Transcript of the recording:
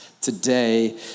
today